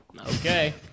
Okay